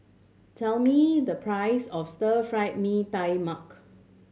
tell me the price of Stir Fried Mee Tai Mak